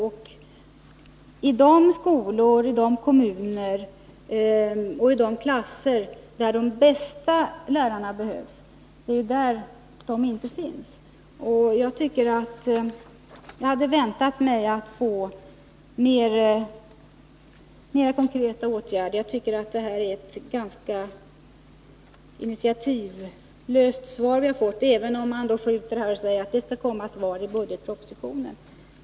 Det är i de kommuner, i de skolor och i de klasser där de bästa lärarna behövs bäst som de inte finns. Jag hade väntat mig att få mer konkreta förslag till åtgärder. Jag tycker att det är ett ganska initiativlöst svar som vi har fått, även om det där sägs att det skall komma ett svar i budgetpropositionen.